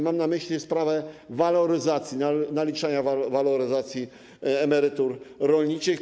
Mam na myśli sprawę waloryzacji, naliczenia waloryzacji emerytur rolniczych.